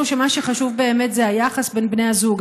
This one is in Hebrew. שמה שחשוב באמת זה היחס בין בני הזוג,